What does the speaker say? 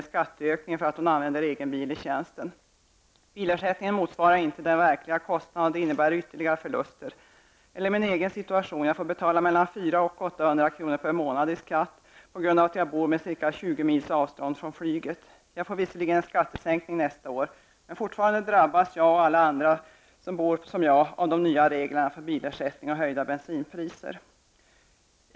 i skatteökning för att hon använder egen bil i tjänsten. Bilersättningen motsvarar inte den verkliga kostnaden, och det innebär ytterligare förluster. Jag kan också ta min egen situation. Jag får betala mellan 400 och 800 kr. per månad i skatt på grund av att jag bor ca 20 mil från flygplatsen. Visserligen får jag en skattesänkning nästa år, men fortfarande drabbas jag och alla andra som bor som jag av de nya reglerna för bilersättning och höjda bensinpriser.